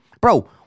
Bro